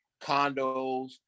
condos